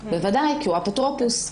בוודאי, הוא האפוטרופוס.